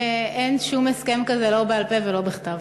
אין שום הסכם כזה, לא בעל-פה ולא בכתב.